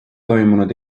toimunud